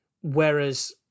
Whereas